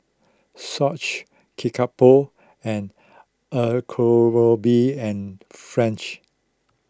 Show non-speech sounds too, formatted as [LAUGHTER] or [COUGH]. Swatch Kickapoo and [UNINTELLIGIBLE] and French